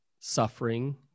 suffering